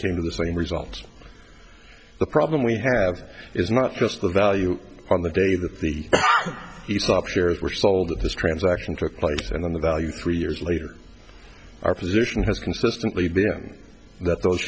came to the same result the problem we have is not just the value on the day that the he stopped shares were sold this transaction took place and then the value three years later our position has consistently been that those